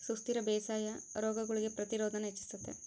ಸುಸ್ಥಿರ ಬೇಸಾಯಾ ರೋಗಗುಳ್ಗೆ ಪ್ರತಿರೋಧಾನ ಹೆಚ್ಚಿಸ್ತತೆ